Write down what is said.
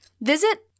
Visit